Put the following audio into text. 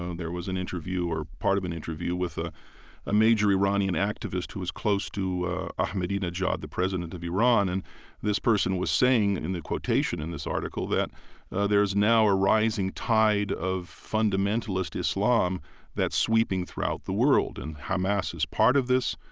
and there was an interview or part of an interview, with ah a major iranian activist who was close to ahmadinejad, the president of iran, and this person was saying in the quotation in this article that there's now a rising tide of fundamentalist islam that's sweeping throughout the world. and hamas is part of this,